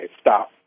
stop